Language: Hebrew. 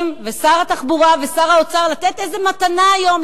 ושר התחבורה ושר האוצר לתת איזה מתנה היום,